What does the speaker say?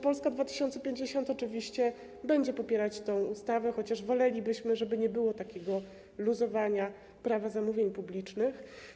Polska 2050 oczywiście będzie popierać tę ustawę, chociaż wolelibyśmy, żeby nie było takiego luzowania Prawa zamówień publicznych.